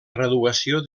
graduació